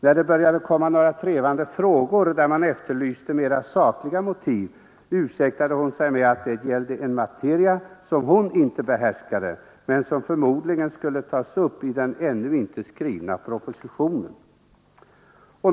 När det började komma några trevande frågor där man efterlyste mera sakliga motiv ursäktade hon sig med att det gällde en materia som hon inte behärskade men som förmodligen skulle tas upp i den ännu inte skriva propositionen.